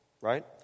right